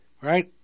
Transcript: right